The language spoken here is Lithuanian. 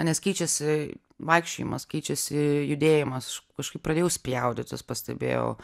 nes keičiasi vaikščiojimas keičiasi judėjimas aš kažkaip pradėjau spjaudytis pastebėjau